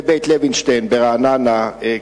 ב"בית לוינשטיין" ברעננה,